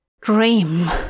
Dream